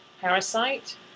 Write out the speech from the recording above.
parasite